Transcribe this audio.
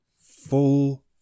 full